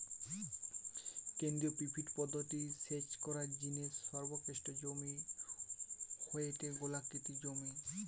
কেন্দ্রীয় পিভট পদ্ধতি রে সেচ করার জিনে সর্বোৎকৃষ্ট জমি হয়ঠে গোলাকৃতি জমি